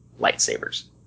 lightsabers